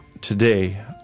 today